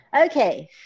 Okay